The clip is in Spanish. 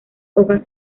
hojas